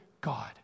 God